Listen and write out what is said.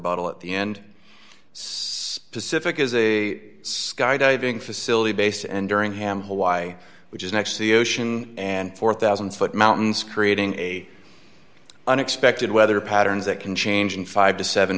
bottle at the end so pacific is a skydiving facility based and during ham hawai which is next to the ocean and four thousand dollars foot mountains creating a unexpected weather patterns that can change in five to seven